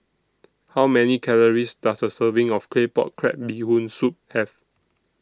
How Many Calories Does A Serving of Claypot Crab Bee Hoon Soup Have